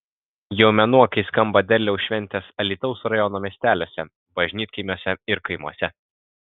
jau mėnuo kai skamba derliaus šventės alytaus rajono miesteliuose bažnytkaimiuose ir kaimuose